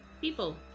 people